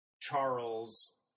Charles